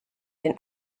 den